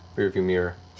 rear view mirror.